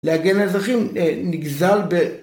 להגן אזרחים נגזל